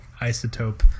isotope